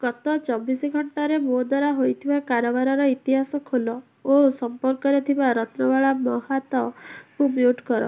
ଗତ ଚବିଶ ଘଣ୍ଟାରେ ମୋ ଦ୍ୱାରା ହୋଇଥିବା କାରବାରର ଇତିହାସ ଖୋଲ ଓ ସମ୍ପର୍କରେ ଥିବା ରତ୍ନବାଳା ମହାତ କୁ ମ୍ୟୁଟ୍ କର